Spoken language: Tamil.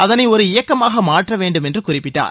அதளை ஒரு இயக்கமாக மாற்ற வேண்டும் என்று குறிப்பிட்டார்